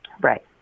Right